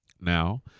Now